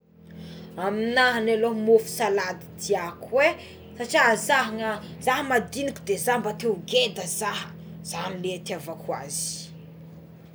Amignahy aloha mofo salady tiàko é satria oe za naha za madinika de za mba te ho ngeda za zagny le no itiavako azy.